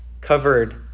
covered